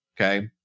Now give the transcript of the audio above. okay